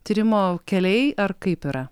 tyrimo keliai ar kaip yra